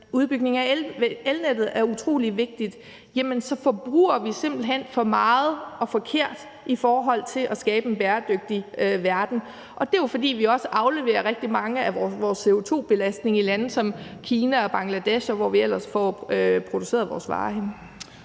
udbygning af elnettet er utrolig vigtigt, simpelt hen forbruger for meget og forkert i forhold til at skabe en bæredygtig verden. Og det er jo, fordi vi også afleverer rigtig meget af vores CO2-udledning i lande som Kina og Bangladesh, og hvor vi ellers får produceret af vores varer henne.